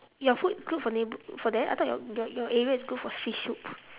your food good for name for that I thought your your area is good for fish soup